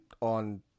on